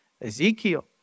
Ezekiel